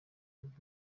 rundi